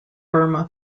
burma